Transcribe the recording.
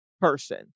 person